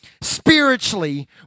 spiritually